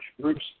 groups